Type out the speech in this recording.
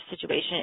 situation